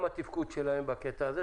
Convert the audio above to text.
אם מבחינת התפקוד שלהן בקטע הזה.